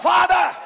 Father